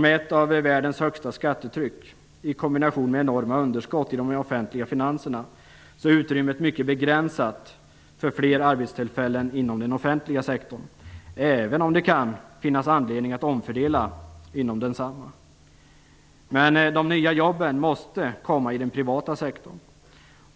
Med ett av världens högsta skattetryck i kombination med enorma underskott i de offentliga finanserna är utrymmet för fler arbetstillfällen inom den offentliga sektorn mycket begränsat, även om det kan finnas anledning att omfördela inom densamma. Men de nya jobben måste komma i den privata sektorn.